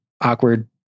awkward